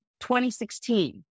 2016